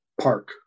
park